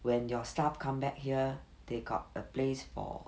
when your staff come back here they got a place for